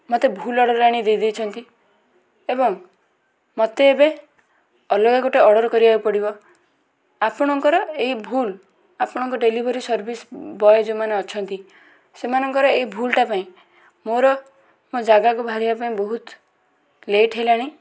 ମୋତେ ଭୁଲ୍ ଅର୍ଡ଼ର୍ ଆଣି ଦେଇ ଦେଇଛନ୍ତି ଏବଂ ମୋତେ ଏବେ ଅଲଗା ଗୋଟେ ଅର୍ଡ଼ର୍ କରିବାକୁ ପଡ଼ିବ ଆପଣଙ୍କର ଏହି ଭୁଲ୍ ଆପଣଙ୍କ ଡେଲିଭରୀ ସର୍ଭିସ୍ ବଏ ଯେଉଁମାନେ ଅଛନ୍ତି ସେମାନଙ୍କର ଏହି ଭୁଲ୍ଟା ପାଇଁ ମୋର ମୋ ଜାଗାକୁ ବାହାରିବା ପାଇଁ ବହୁତ ଲେଟ୍ ହେଲାଣି